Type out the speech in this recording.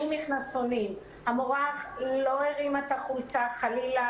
המורה לא הרימה את החולצה חלילה,